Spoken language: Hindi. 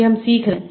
कि हम सीख रहे हैं